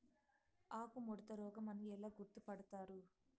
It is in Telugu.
ఆకుముడత రోగం అని ఎలా గుర్తుపడతారు?